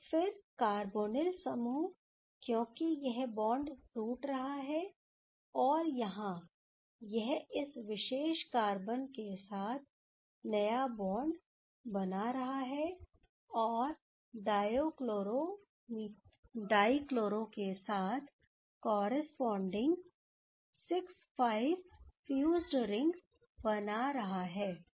तो फिर कार्बोनिल समूह क्योंकि यह बॉन्ड टूट रहा है और यहाँ यह इस विशेष कार्बन के साथ नया बॉन्ड बना रहा है और डाई क्लोरो के साथ कॉरस्पॉडिंग 6 5 फ्यूज्ड रिंग बना रहा है